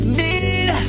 need